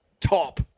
top